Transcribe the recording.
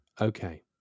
Okay